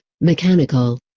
mechanical